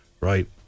Right